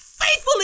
Faithfully